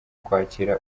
ukwakira